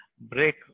break